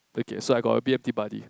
okay so I got a b_m_t buddy